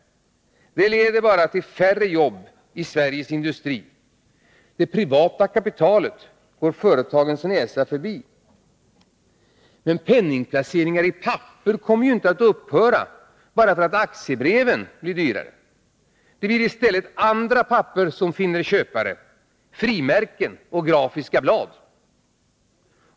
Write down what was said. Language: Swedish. Det leder bara till färre jobb i Sveriges industri. Det privata kapitalet går företagens näsa förbi. Penningplaceringar i papper kommer ju icke att upphöra bara för att aktiebreven blir dyrare. Det blir i stället andra papper som finner köpare — frimärken och grafiska blad.